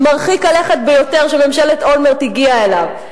מרחיק הלכת ביותר שממשלת אולמרט הגיעה אליו,